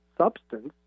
substance